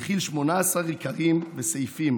המכיל 18 עיקרים וסעיפים